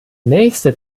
nächste